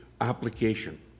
application